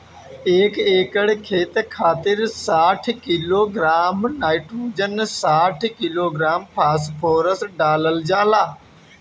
एक एकड़ खेत खातिर साठ किलोग्राम नाइट्रोजन साठ किलोग्राम फास्फोरस डालल जाला?